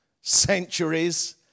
centuries